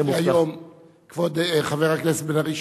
כבוד חבר הכנסת בן-ארי,